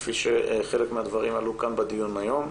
כפי שחלק מהדברים עלו כאן בדיון היום,